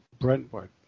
Brentwood